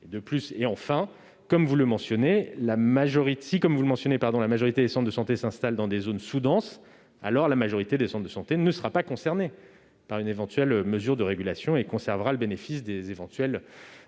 Enfin, si, comme vous le mentionnez, la majorité des centres de santé s'installent dans des zones sous-denses, alors la majorité des soins de santé ne sera pas concernée par une éventuelle mesure de régulation et conservera le bénéfice des éventuelles